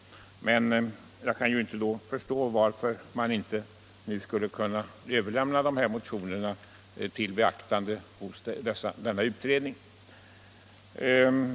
Jag kan inte förstå varför man då inte skulle kunna överlämna dessa motioner för beaktande till denna utredning.